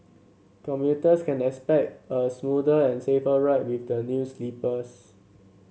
commuters can expect a smoother and safer ride with the new sleepers